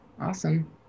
Awesome